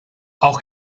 auch